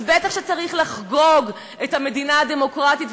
אז בטח שצריך לחגוג את המדינה הדמוקרטית,